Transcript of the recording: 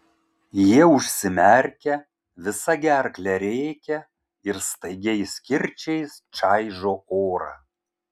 jie užsimerkia visa gerkle rėkia ir staigiais kirčiais čaižo orą